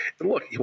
look